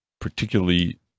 particularly